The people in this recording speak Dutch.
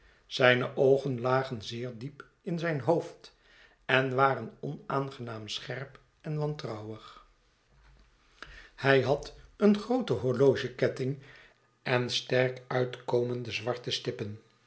zijne oogen lagen zeer diep in zijn hoofd en waren onaangenaam scherp en wantrouwig hij had een grooten horlogeketting en sterk uitkomende zwarte stippen